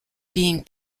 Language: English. being